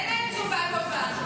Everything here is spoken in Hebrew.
אין להם תשובה טובה.